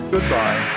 Goodbye